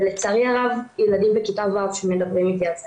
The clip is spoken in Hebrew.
ולצערי הרב ילדים בכיתה ו' מדברים איתי על זה.